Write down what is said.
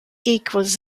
equals